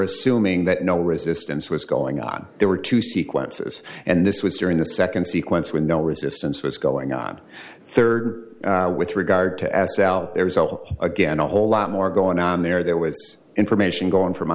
assuming that no resistance was going on there were two sequences and this was during the second sequence when no resistance was going on third with regard to s l there was again a whole lot more going on there there was information going from